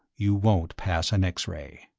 you won't pass an x-ray.